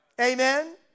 Amen